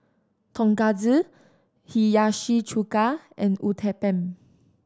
Tonkatsu Hiyashi Chuka and Uthapam